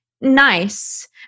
nice